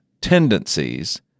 tendencies